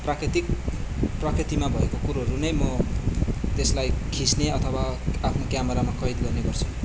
प्राकृतिक प्रकृतिमा भएको कुरोहरू नै म त्यसलाई खिच्ने अथवा आफ्नो क्यामेरामा कैद गर्ने गर्छु